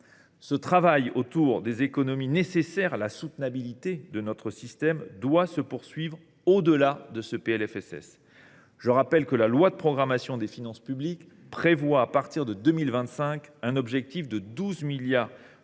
Ce travail, qui favorise les économies nécessaires à la soutenabilité de notre système, doit se poursuivre au delà de ce PLFSS. Je rappelle que la loi de programmation des finances publiques prévoit à partir de 2025 un objectif de 12 milliards d’euros